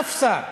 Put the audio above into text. אף שר.